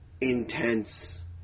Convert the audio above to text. intense